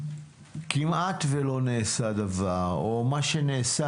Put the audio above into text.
כמעט ולא נעשה דבר או מה שנעשה,